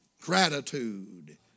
gratitude